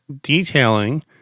detailing